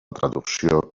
traducció